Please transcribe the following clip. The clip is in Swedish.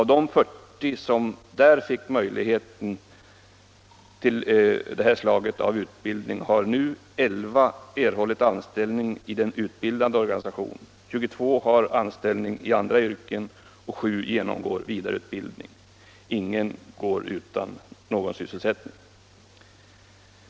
Av de 40 ungdomar som där fick möjlighet att delta i detta slag av utbildning har i dag 11 erhållit anställning i den utbildande organisationen, 22 har anställning i andra yrken och 7 genomgår vidareutbildning. Ingen går utan sysselsättning.